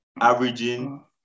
averaging